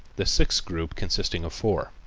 the sixth group consisting of four.